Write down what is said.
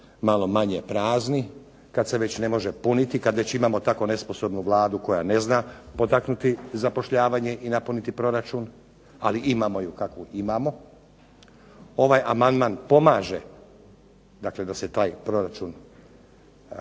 malo manje prazni kad se već ne može puniti, kad već imamo tako nesposobnu Vladu koja ne zna potaknuti zapošljavanje i napuniti proračun. Ali imamo je kakvu imamo. Ovaj amandman pomaže, dakle da se taj proračun,